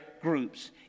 groups